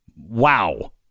Wow